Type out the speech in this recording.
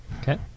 Okay